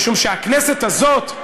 משום שהכנסת הזאת,